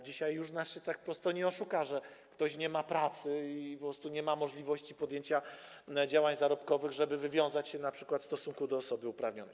Dzisiaj już się tak prosto nas nie oszuka, że ktoś nie ma pracy i po prostu nie ma możliwości podjęcia działań zarobkowych, żeby wywiązać się np. w stosunku do osoby uprawnionej.